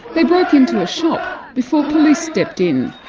they broke into a shop before police stepped in.